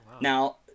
now